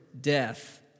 death